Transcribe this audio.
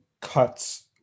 cuts